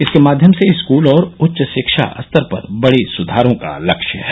इसके माध्यम से स्कूल और उच्च शिक्षा स्तर पर बड़े सुधारों का लक्ष्य है